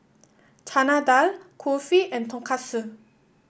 Chana Dal Kulfi and Tonkatsu